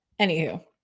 Anywho